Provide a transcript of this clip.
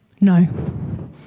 no